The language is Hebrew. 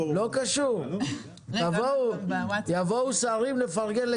לפני שבועיים נחנך מפעל של